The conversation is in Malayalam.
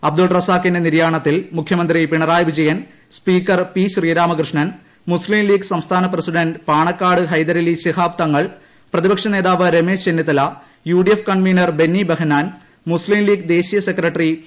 അബ്ദുൾ റസാഖിന്റെ നിര്യാണത്തിൽ മുഖ്യമന്ത്രി പിണറായി വിജയൻ സ്പീക്കർ പി ശ്രീരാമകൃഷ്ണൻ മുസ്ലിംലീഗ്ഗ് സംസ്ഥാന പ്രസിഡന്റ് പാണക്കാട് ഹൈദരലി ശിഹാബ് തങ്ങൾ പ്രതിപക്ഷ നേതാവ് രമേശ് ചെന്നിത്തലയു D F convener Benny Behanan Muslim League ദേശീയ സെക്രട്ടറി പി